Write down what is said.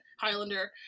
Highlander